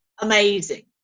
amazing